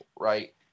right